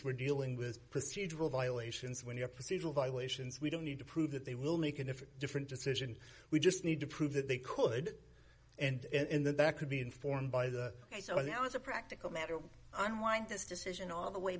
we're dealing with procedural violations when you're procedural violations we don't need to prove that they will make a difference different decision we just need to prove that they could and then that could be informed by the way so now as a practical matter unwind this decision all the way